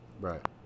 right